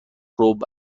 ربع